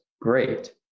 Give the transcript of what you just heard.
great